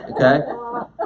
okay